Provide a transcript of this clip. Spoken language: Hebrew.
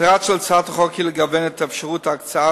מטרת הצעת החוק היא לגוון את אפשרות ההקצאה